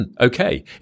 okay